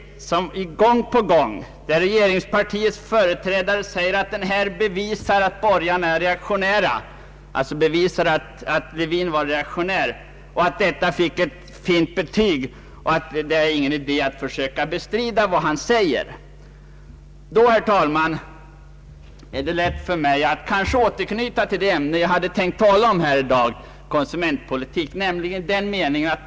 Om jag såsom valarbetare stöter på en skrift, om vilken regeringspartiets företrädare gång på gång säger att den bevisar att borgarna är reaktionära och att författaren har fått ett så fint betyg att det inte är någon idé att försöka bestrida vad han säger, då är det fråga om falsk varubeteckning.